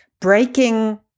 breaking